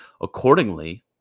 Accordingly